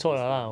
wisdom